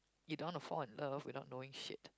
you don't wanna fall in love without knowing shit